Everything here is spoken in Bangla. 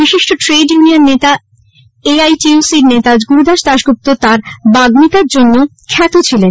বিশিষ্ট ট্রেড ইউনিয়ন নেতা A I T U C র নেতা গুরুদাস দাশগুপ্ত তাঁর বাগ্মিতার জন্য খ্যাত ছিলেন